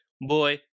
boy